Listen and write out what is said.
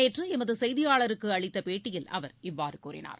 நேற்று எமது செய்தியாளருக்கு அளித்த பேட்டியில் அவர் இவ்வாறு கூறினார்